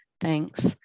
thanks